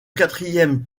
quatrième